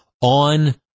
on